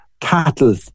cattle